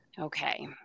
okay